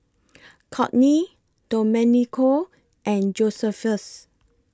Kortney Domenico and Josephus